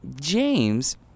James